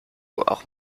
auch